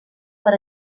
per